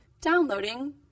Downloading